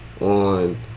on